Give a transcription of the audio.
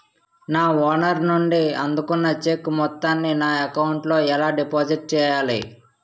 నా ఓనర్ నుండి నేను అందుకున్న చెక్కు మొత్తాన్ని నా అకౌంట్ లోఎలా డిపాజిట్ చేయాలి?